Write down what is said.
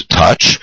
touch